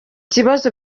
kibazo